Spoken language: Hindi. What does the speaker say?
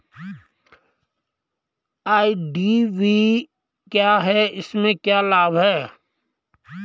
आई.डी.वी क्या है इसमें क्या लाभ है?